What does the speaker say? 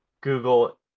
Google